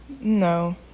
no